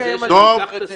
רצית לסגור את הדיון.